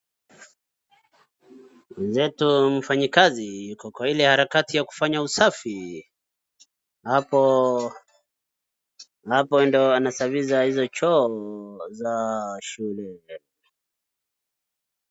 Mwenzetu mfanyikazi yuko kwa ile harakati ya kufanya usafi hapo, hapo ndio anasafisha hizo choo za shule.